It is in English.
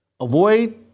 avoid